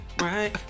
Right